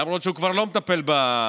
למרות שהוא כבר לא מטפל באוניברסיטאות.